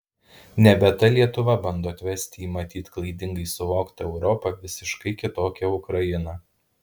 nebe ta lietuva bando atvesti į matyt klaidingai suvoktą europą visiškai kitokią ukrainą